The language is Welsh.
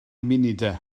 munudau